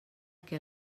què